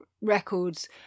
records